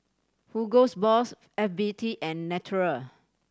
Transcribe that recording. Hugo Boss F B T and Naturel